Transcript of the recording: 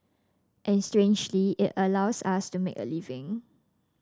and strangely it allows us to make a living